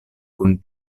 kun